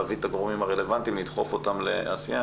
להביא את הגורמים הרלוונטיים ולדחוף אותם לעשייה.